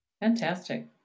Fantastic